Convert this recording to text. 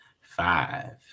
five